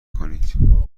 کنید